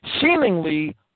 seemingly